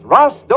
Ross